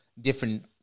different